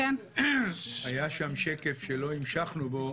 היה שם שקף שלא המשכנו בו